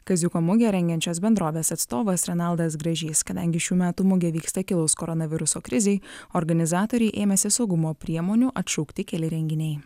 kaziuko mugę rengiančios bendrovės atstovas renaldas gražys kadangi šių metų mugė vyksta kilus koronaviruso krizei organizatoriai ėmėsi saugumo priemonių atšaukti keli renginiai